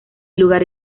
lugar